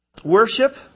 Worship